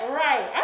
right